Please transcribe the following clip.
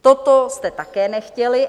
Toto jste také nechtěli.